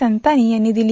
संतानी यांनी दिली